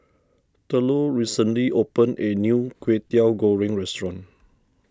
Thurlow recently opened a new Kway Teow Goreng restaurant